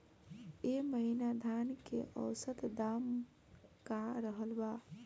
एह महीना धान के औसत दाम का रहल बा?